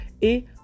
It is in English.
Et